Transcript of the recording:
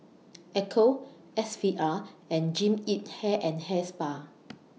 Ecco S V R and Jean Yip Hair and Hair Spa